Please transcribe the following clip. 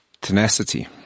Tenacity